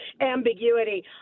ambiguity